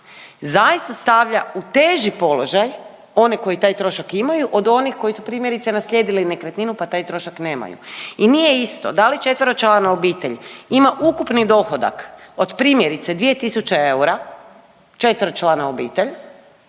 zaista stavlja u teži položaj oni koji taj trošak imaju od onih koji su primjerice naslijedili nekretninu pa taj trošak nemaju. I nije isto da li četveročlana obitelj ima ukupni dohodak od primjerice 2 tisuće eura, četveročlana obitelj